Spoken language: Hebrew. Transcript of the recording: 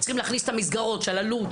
צריכים להכניס את המסגרות של אלו"ט,